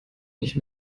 nicht